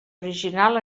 original